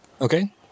Okay